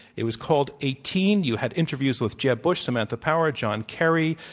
it was called eighteen. you had interviews with jeb bush, samantha power, john kerry.